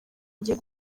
ngiye